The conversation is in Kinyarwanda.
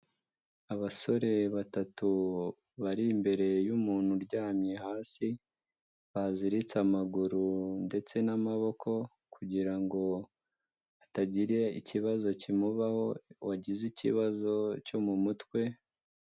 Abasore batatu bari imbere y'umuntu uryamye hasi, baziritse amaguru ndetse n'amaboko, kugira atagira ikibazo kimubaho wagize ikibazo cyo mu mutwe.